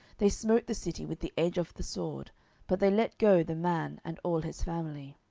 they smote the city with the edge of the sword but they let go the man and all his family.